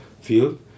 field